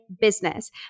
business